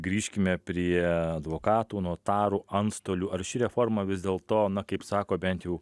grįžkime prie advokatų notarų antstolių ar ši reforma vis dėl to na kaip sako bent jau